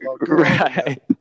Right